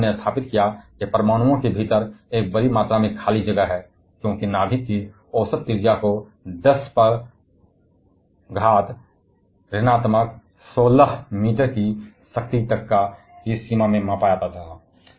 उनके काम ने स्थापित किया कि परमाणुओं के भीतर एक बड़ी मात्रा में खाली जगह है क्योंकि नाभिक की औसत त्रिज्या को 10 से 16 मीटर की शक्ति के रेंज में मापा जाता था